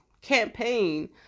campaign